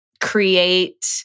create